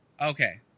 Okay